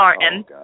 martin